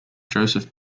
joseph